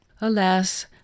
Alas